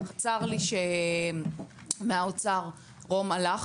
צר לי שמהאוצר רום הלך,